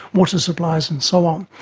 water supplies and so on.